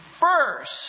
first